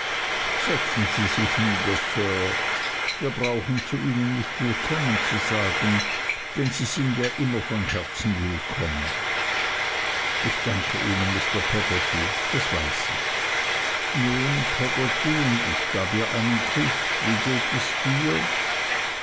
setzen sie sich nieder sir wir brauchen zu ihnen nicht willkommen zu sagen denn sie sind ja immer von herzen willkommen ich danke ihnen mr peggotty das weiß ich nun peggotty und ich gab ihr einen kuß wie geht es dir